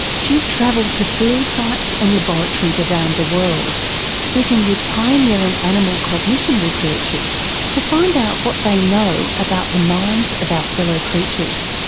she's travelled to field sites and laboratories around the world speaking with pioneering animal cognition researchers to find out what they know about the minds of our fellow creatures.